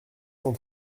cent